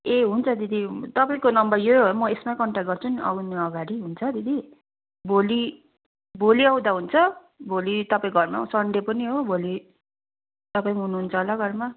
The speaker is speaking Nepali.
ए हुन्छ दिदी तपाईँको नम्बर यो हो म यसमै कन्ट्याक्ट गर्छु नि आउनु अगाडि हुन्छ दिदी भोलि भोलि आउँदा हुन्छ भोलि तपाईँ घरमा सनडे पनि हो भोलि तपाईँ पनि हुनुहुन्छ होला घरमा